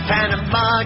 Panama